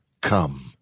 come